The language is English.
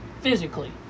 physically